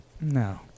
No